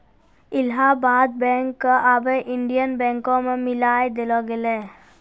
Allahabad bank क आबै Indian बैंको मे मिलाय देलो गेलै